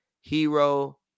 Hero